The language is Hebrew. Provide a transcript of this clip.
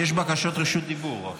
יש בקשות רשות דיבור רק.